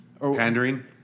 Pandering